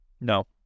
No